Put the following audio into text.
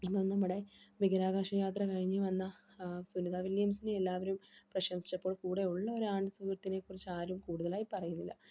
ഇപ്പോൾ നമ്മുടെ ബഹിരാകാശ യാത്ര കഴിഞ്ഞുവന്ന സുനിത വല്യംസിനെ എല്ലാവരും പ്രശംസിച്ചപ്പോൾ കൂടെ ഉള്ള ഒരാൺ സുഹൃത്തിനെക്കുറിച്ച് ആരും കൂടുതലായി പറയുന്നില്ല